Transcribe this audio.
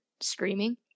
screaming